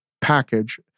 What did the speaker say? package